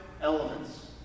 elements